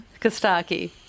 Kostaki